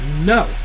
No